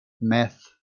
meth